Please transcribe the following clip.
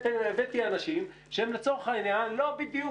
הבאתי אנשים שהם לצורך העניין לא בדיוק